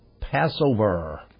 Passover